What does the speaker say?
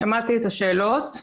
שמעתי את השאלות.